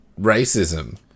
racism